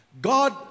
God